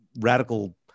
radical